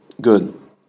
good